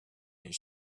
his